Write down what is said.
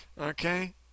Okay